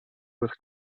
with